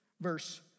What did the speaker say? verse